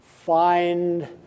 find